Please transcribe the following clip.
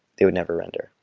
they would never render,